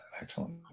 Excellent